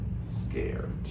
scared